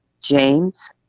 James